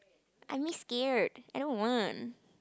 I'm scared I don't want